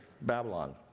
Babylon